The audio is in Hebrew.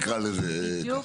נקרא לזה ככה.